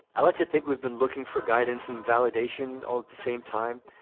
i like to think we've been looking for guidance and validation all at the same time.